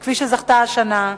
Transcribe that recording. כפי שאשה זכתה השנה,